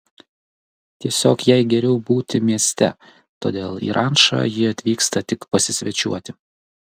tiesiog jai geriau būti mieste todėl į rančą ji atvyksta tik pasisvečiuoti